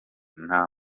nta